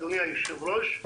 אדוני היושב ראש,